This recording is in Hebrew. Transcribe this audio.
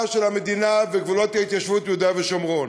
של המדינה וגבולות ההתיישבות ביהודה ושומרון.